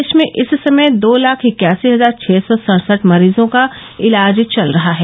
देश में इस समय दो लाख इक्यासी हजार छ सौ सडसठ मरीजों का इलाज चल रहा है